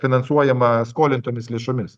finansuojama skolintomis lėšomis